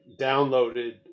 downloaded